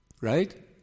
right